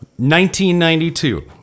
1992